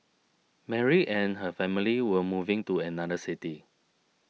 Mary and her family were moving to another city